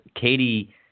Katie